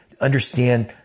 understand